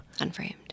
unframed